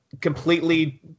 Completely